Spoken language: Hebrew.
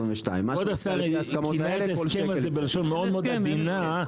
--- כבוד השר כינה את ההסכם הזה בלשון מאוד מאוד עדינה,